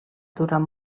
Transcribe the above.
durant